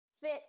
fit